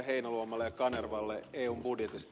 kanervalle eun budjetista